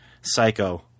Psycho